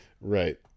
Right